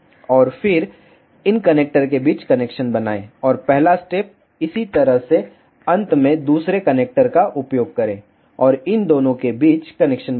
और फिर इन कनेक्टर के बीच कनेक्शन बनाएं और पहला स्टेप इसी तरह इस अंत में दूसरे कनेक्टर का उपयोग करें और इन दोनों के बीच कनेक्शन बनाएं